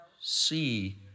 see